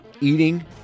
eating